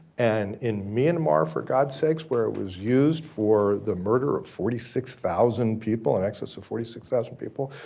and in myanmar for god's sake, where it was used for the murder of forty six thousand people, in excess of forty six thousand people.